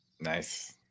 Nice